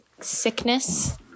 sickness